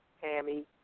Tammy